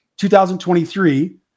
2023